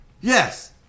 Yes